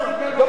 גמרנו.